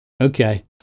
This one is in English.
Okay